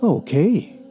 Okay